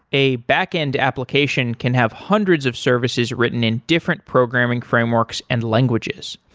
a backend application can have hundreds of services written in different programming frameworks and languages.